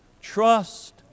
trust